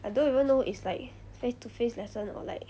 I don't even know it's like face to face lesson or like